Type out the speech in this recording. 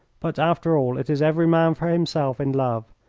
but after all it is every man for himself in love,